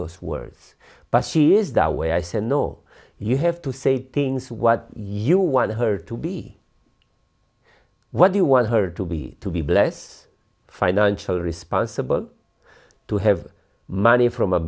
those words but she is that way i said no you have to say things what you want her to be what you want her to be to be bless financial responsible to have money from a